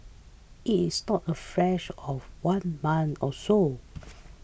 it is not a flash of one month or so